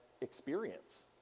experience